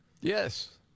yes